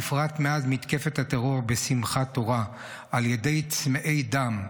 בפרט מאז מתקפת הטרור בשמחת תורה על ידי צמאי דם,